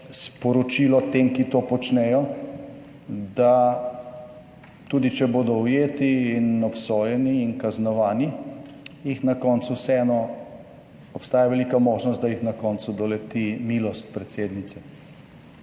sporočilo tem, ki to počnejo, da tudi če bodo ujeti in obsojeni in kaznovani, jih na koncu vseeno, obstaja velika možnost, da jih na koncu doleti milost predsednice.